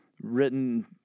written